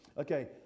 Okay